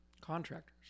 contractors